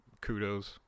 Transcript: kudos